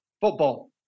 Football